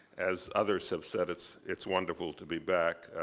as others have said, it's it's wonderful to be back.